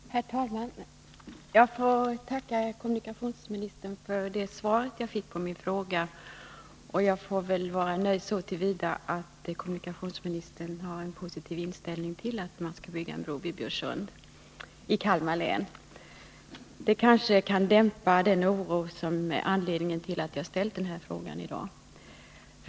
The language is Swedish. Herr talman! Jag får tacka kommunikationsministern för svaret på min fråga och får väl vara nöjd så till vida att kommunikationsministern har en positiv inställning till byggandet av en bro vid Bjursunds ström i Kalmar län. Detta kan kanske dämpa den oro som är anledningen till att jag ställde frågan.